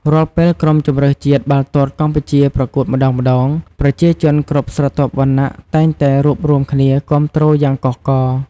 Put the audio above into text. រាល់ពេលក្រុមជម្រើសជាតិបាល់ទាត់កម្ពុជាប្រកួតម្តងៗ ប្រជាជនគ្រប់ស្រទាប់វណ្ណៈតែងតែរួបរួមគ្នាគាំទ្រយ៉ាងកោះករ។